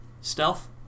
stealth